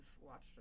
watched